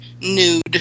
nude